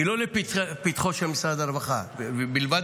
היא לא לפתחו של משרד הרווחה בלבד,